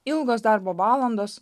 ilgos darbo valandos